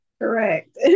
Correct